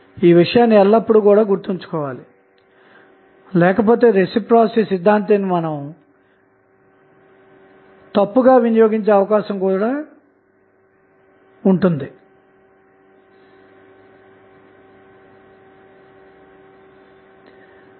ఈ విషయాన్ని మనం ఎల్లప్పుడూ గుర్తుంచుకోవాలి లేని యెడల రెసిప్రొసీటీ సిద్ధాంతాన్ని తప్పుగా ఉపయోగించే అవకాశం కలదన్నమాట